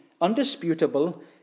undisputable